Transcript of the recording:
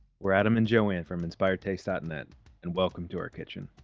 we're adam and joanne from inspiredtaste dot net and welcome to our kitchen.